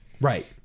Right